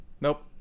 nope